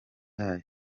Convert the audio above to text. yayo